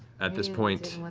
at this point,